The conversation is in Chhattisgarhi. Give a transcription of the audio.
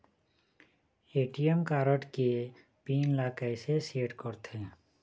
ए.टी.एम कारड के पिन ला कैसे सेट करथे?